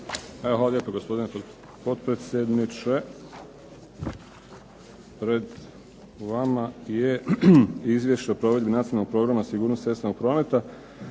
Hvala vam,